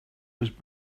was